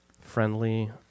friendly